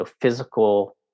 physical